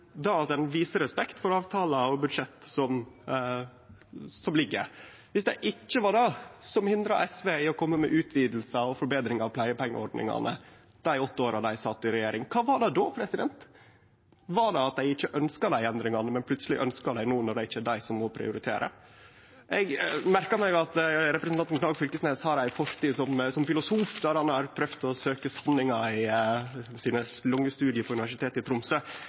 det at ein viser respekt for avtalar og budsjett som ligg føre. Viss det ikkje var det som hindra SV i å kome med utvidingar og forbetringar av pleiepengeordningane dei åtte åra dei sat i regjering, kva var det då? Var det at dei ikkje ønskte dei endringane, men plutseleg ønskjer dei no når det ikkje er dei som må prioritere? Eg merkar meg at representanten Knag Fylkesnes har ei fortid som filosof, der han har prøvd å søkje sanninga i sine lange studium på Universitetet i Tromsø.